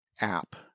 app